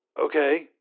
okay